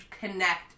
connect